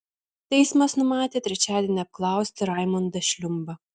teismas numatė trečiadienį apklausti raimondą šliumbą